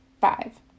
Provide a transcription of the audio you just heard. Five